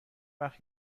وقت